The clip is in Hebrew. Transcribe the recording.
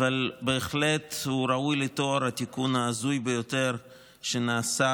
אבל בהחלט הוא ראוי לתואר התיקון ההזוי ביותר שנעשה,